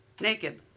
Naked